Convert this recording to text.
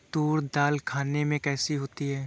तूर दाल खाने में कैसी होती है?